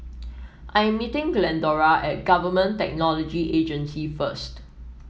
I am meeting Glendora at Government Technology Agency first